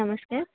ନମସ୍କାର୍